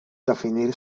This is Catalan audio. definir